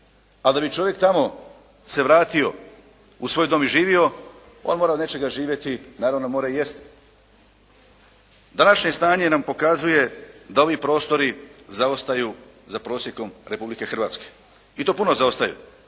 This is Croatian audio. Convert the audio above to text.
a da bi čovjek tamo se vratio u svoj dom i živio on mora od nečega živjeti. Naravno, mora i jesti. Današnje stanje nam pokazuje da ovi prostori zaostaju za prosjekom Republike Hrvatske i to puno zaostaju.